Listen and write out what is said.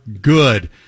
good